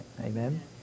amen